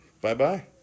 Bye-bye